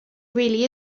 really